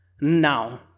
Now